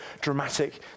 dramatic